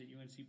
UNC